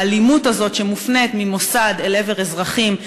האלימות הזאת שמופנית ממוסד אל עבר אזרחים.